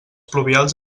pluvials